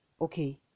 okay